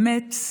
באמת,